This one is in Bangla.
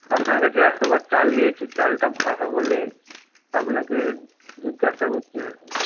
আপনার কাছে এতবার চাল নিয়েছি চালটা ভালো বলেই আপনাকে জিজ্ঞাসা করছি আর কি